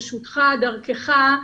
ברשותך ודרכך,